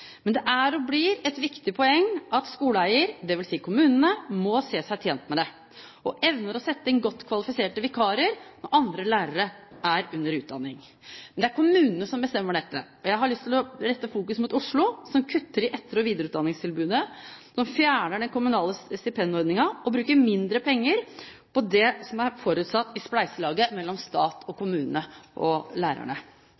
Men det er og blir et viktig poeng at skoleeier, dvs. kommunene, må se seg tjent med det og evner å sette inn godt kvalifiserte vikarer når andre lærere er under utdanning. Men det er kommunene som bestemmer dette. Jeg har lyst til å rette fokus mot Oslo, som kutter i etter- og videreutdanningstilbudet, som fjerner den kommunale stipendordningen, og som bruker mindre penger på det som er forutsatt i spleiselaget mellom stat, kommune og